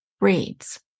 reads